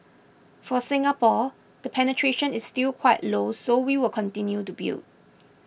for Singapore the penetration is still quite low so we will continue to build